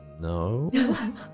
No